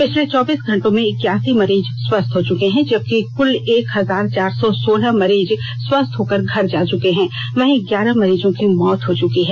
पिछले चौबीस घंटों में इक्यासी मरीज स्वस्थ हो चुके हैं जबकि कुल एक हजार चार सौ सोलह मरीज स्वस्थ होकर घर जा चुके हैं वहीं ग्यारह मरीजों की मौत हो चुकी है